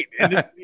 right